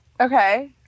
okay